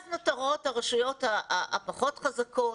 אז נותרות הרשויות הפחות חזקות,